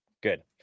Good